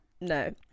No